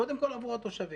קודם כל עבור התושבים,